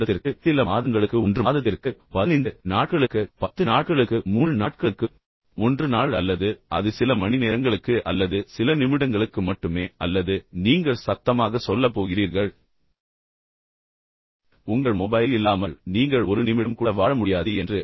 1 வருடத்திற்கு சில மாதங்களுக்கு 1 மாதத்திற்கு 15 நாட்களுக்கு 10 நாட்களுக்கு 3 நாட்களுக்கு 1 நாள் அல்லது அது சில மணிநேரங்களுக்கு அல்லது சில நிமிடங்களுக்கு மட்டுமே அல்லது நீங்கள் சத்தமாக சொல்லப் போகிறீர்கள் உங்கள் மொபைல் இல்லாமல் நீங்கள் ஒரு நிமிடம் கூட வாழ முடியாது என்று